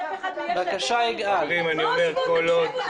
אף אחד מיש עתיד --- בואו ותקשיבו להם.